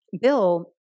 Bill